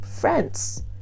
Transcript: friends